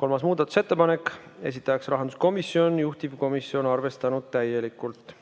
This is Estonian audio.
Kolmas muudatusettepanek, esitaja on rahanduskomisjon, juhtivkomisjon on arvestanud täielikult.